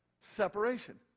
Separation